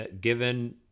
given